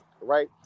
right